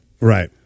Right